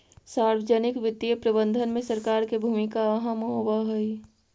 सार्वजनिक वित्तीय प्रबंधन में सरकार के भूमिका अहम होवऽ हइ